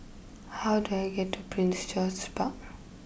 how do I get to Prince George's Park